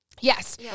Yes